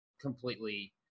completely